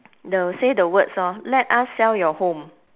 the say the words orh let us sell your home